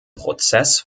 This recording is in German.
prozess